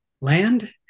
land